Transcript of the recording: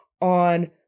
on